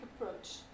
approach